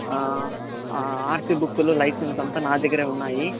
RC బుక్లు licence అంతా నా దగ్గరే ఉన్నాయి